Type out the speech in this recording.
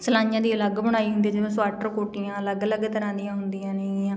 ਸਲਾਈਆਂ ਦੀ ਅਲੱਗ ਬੁਣਾਈ ਹੁੰਦੀ ਜਿਵੇਂ ਸਵੈਟਰ ਕੋਟੀਆਂ ਅਲੱਗ ਅਲੱਗ ਤਰ੍ਹਾਂ ਦੀਆਂ ਹੁੰਦੀਆਂ ਨੇਗੀਆਂ